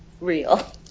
real